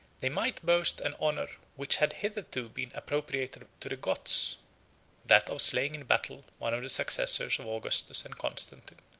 they might boast an honor which had hitherto been appropriated to the goths that of slaying in battle one of the successors of augustus and constantine.